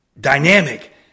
dynamic